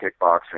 kickboxing